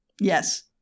Yes